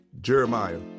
Jeremiah